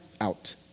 out